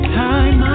time